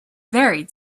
very